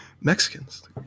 Mexicans